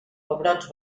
pebrots